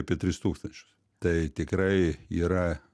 apie tris tūkstančius tai tikrai yra